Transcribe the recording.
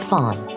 Fawn